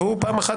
והוא בא פעם אחת,